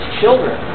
children